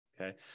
Okay